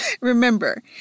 Remember